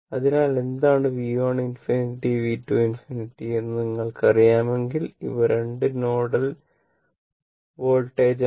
അതിനാൽ എന്താണ് V1∞V2∞ എന്ന് നിങ്ങൾക്കറിയാമെങ്കിൽ ഇവ 2 നോഡൽ വോൾട്ടേജാണ്